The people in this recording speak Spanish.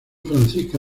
francisca